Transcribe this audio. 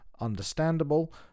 understandable